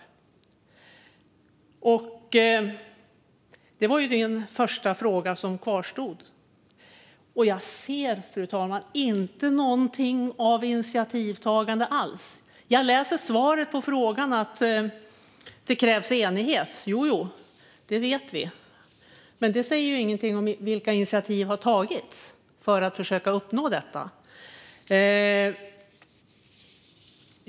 Det var min första kvarstående fråga, fru talman, och jag ser inte någonting av initiativtagande alls. Jag hör i svaret på frågan att det krävs enighet. Jo, det vet vi. Men det säger ju ingenting om vilka initiativ som har tagits för att försöka uppnå detta.